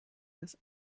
das